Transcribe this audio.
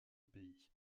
pays